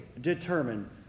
determine